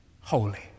holy